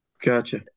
Gotcha